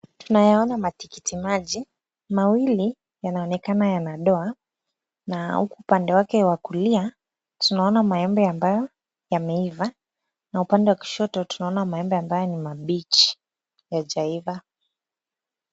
Tunayaona matikiti maji, mawili yanaonekana yana doa na huku upande wake wa kulia tunaona maembe ambayo yameiva na upande wa kushoto tunaona maembe ambayo ni mabichi hayajaiva.